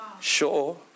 Sure